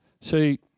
See